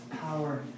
power